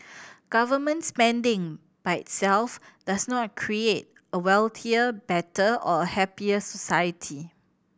government spending by itself does not create a wealthier better or a happier society